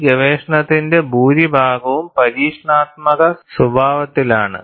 ഈ ഗവേഷണത്തിന്റെ ഭൂരിഭാഗവും പരീക്ഷണാത്മക സ്വഭാവത്തിലാണ്